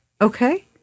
Okay